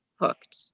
hooked